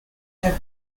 have